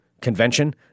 convention